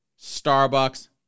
Starbucks